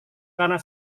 karena